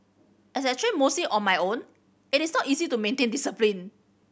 as I train mostly on my own it is not easy to maintain discipline